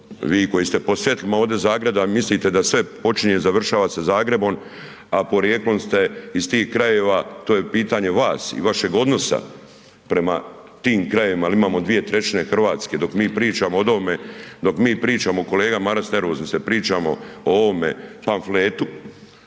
vi koji ste pod svjetlima ovdje Zagreba mislite da sve počinje i završava sa Zagrebom, a porijeklom ste iz tih krajeva, to je pitanje vas i vašeg odnosa prema tim krajevima jel imamo 2/3 RH, dok mi pričamo odovome, dok mi pričamo, kolega Maras nervozni ste, pričamo o ovome panfletu,